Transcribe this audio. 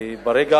וברגע